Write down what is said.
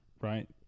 right